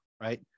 right